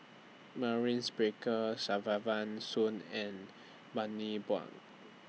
Maurice Baker Kesavan Soon and Bani Buang